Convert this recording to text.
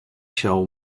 shall